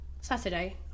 Saturday